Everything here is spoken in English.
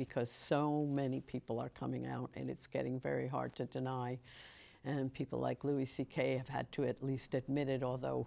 because so many people are coming out and it's getting very hard to deny and people like louis c k have had to at least admit it although